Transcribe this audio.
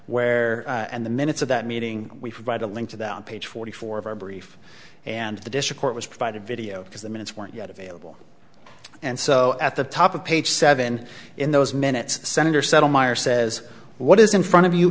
where and the minutes of that meeting we provide a link to that on page forty four of our brief and the district court was provided video because the minutes weren't yet available and so at the top of page seven in those minutes senator settle meyer says what is in front of you